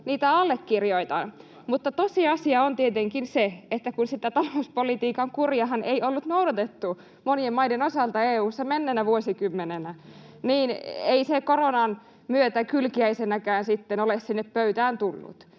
niitä allekirjoitan, mutta tosiasia on tietenkin se, että kun sitä talouspolitiikan kuriahan ei ollut noudatettu monien maiden osalta EU:ssa menneenä vuosikymmenenä, niin ei se koronan myötä kylkiäisenäkään sitten ole sinne pöytään tullut.